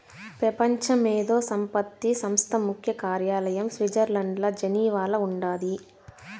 పెపంచ మేధో సంపత్తి సంస్థ ముఖ్య కార్యాలయం స్విట్జర్లండ్ల జెనీవాల ఉండాది